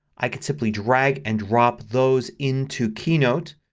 i can simply drag and drop those into keynote.